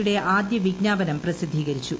യുടെ ആദ്യ വിജ്ഞാപനം പ്രസിദ്ധീകരിച്ചു